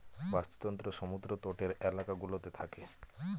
বাস্তুতন্ত্র সমুদ্র তটের এলাকা গুলোতে থাকে